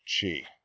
chi